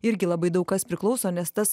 irgi labai daug kas priklauso nes tas